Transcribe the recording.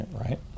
right